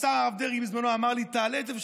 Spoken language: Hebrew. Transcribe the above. השר הרב דרעי בזמנו אמר לי שאעלה את זה,